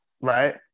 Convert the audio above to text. right